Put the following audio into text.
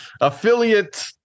affiliate